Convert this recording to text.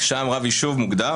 שם רב יישוב מוגדר,